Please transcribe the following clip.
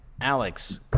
Alex